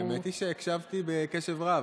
האמת היא שהקשבתי בקשב רב,